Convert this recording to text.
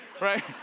right